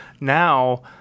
now –